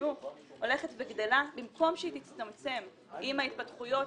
לחינוך הולכת וגדלה במקום שתצטמצם עם ההתפתחויות